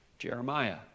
Jeremiah